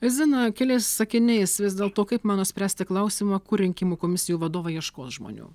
zina keliais sakiniais vis dėlto kaip mano spręsti klausimą kur rinkimų komisijų vadovai ieškos žmonių